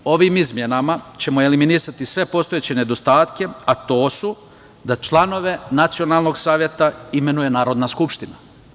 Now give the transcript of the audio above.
Ovim izmenama ćemo eliminisati sve postojeće nedostatke, a to su da članove Nacionalnog saveta imenuje Narodna skupština.